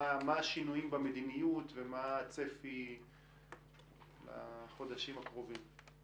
מה מהשינויים במדיניות ומה הצפי לחודשים הקרובים.